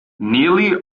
nearly